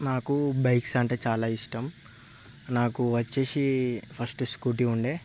నాకు బైక్స్ అంటే చాలా ఇష్టం నాకు వచ్చేసి ఫస్ట్ స్కూటీ ఉండే